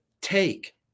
take